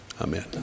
amen